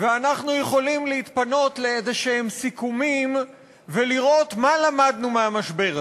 ואנחנו יכולים להתפנות לסיכומים כלשהם ולראות מה למדנו מהמשבר הזה.